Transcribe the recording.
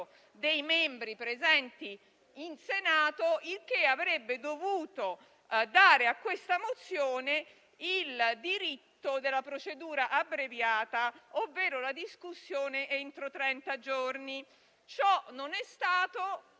dei membri presenti in Senato, il che avrebbe dovuto darle il diritto alla procedura abbreviata, ovvero la discussione entro trenta giorni. Ciò non è